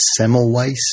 Semmelweis